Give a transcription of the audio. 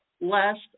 last